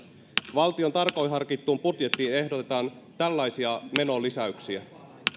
valtion tarkoin harkittuun budjettiin ehdotetaan tällaisia menonlisäyksiä